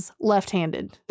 left-handed